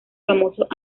famosos